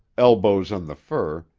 elbows on the fur,